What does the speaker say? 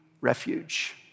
refuge